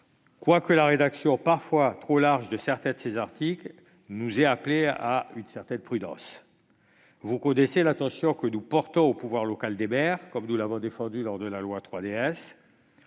mais la rédaction parfois trop large de certains articles nous appelle à quelque prudence. Vous connaissez l'attention que nous portons au pouvoir local des maires, comme nous l'avons défendu lors de l'examen